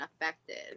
affected